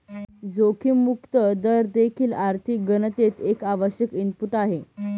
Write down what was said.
जोखीम मुक्त दर देखील आर्थिक गणनेत एक आवश्यक इनपुट आहे